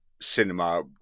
cinema